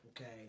okay